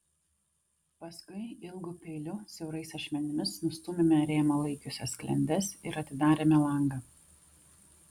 paskui ilgu peiliu siaurais ašmenimis nustūmėme rėmą laikiusias sklendes ir atidarėme langą